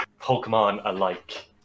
Pokemon-alike